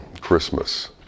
Christmas